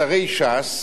שרי ש"ס,